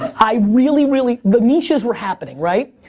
i really, really, the niches were happening, right?